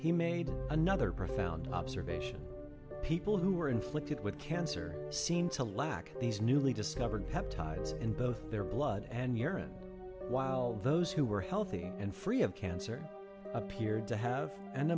he made another profound observation people who were inflicted with cancer seem to lack these newly discovered peptides in both their blood and urine while those who were healthy and free of cancer appeared to have an